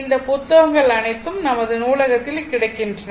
இந்த புத்தகங்கள் அனைத்தும் நமது நூலகத்தில் கிடைக்கின்றன